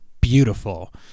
beautiful